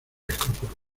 escrúpulos